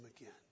again